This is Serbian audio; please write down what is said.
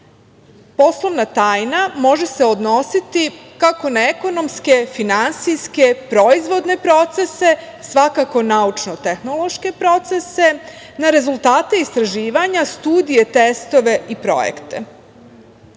korist. Poslovna tajna može se odnositi kako na ekonomske, finansijske proizvodne procese, svakako naučno-tehnološke procese, na rezultate istraživanja, studije, testove i projekte. Poslovna